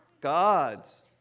God's